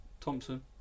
Thompson